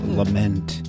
lament